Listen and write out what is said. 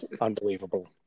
unbelievable